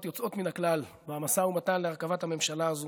יוצאות מן הכלל במשא ומתן להרכבת הממשלה הזו.